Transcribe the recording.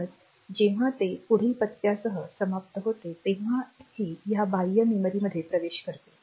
म्हणूनच जेव्हा ते पुढील पत्त्यासह समाप्त होते तेव्हा हे या बाह्य मेमरीमध्ये प्रवेश करते